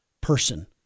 person